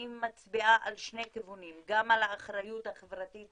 אני מצביעה על שני כיוונים, גם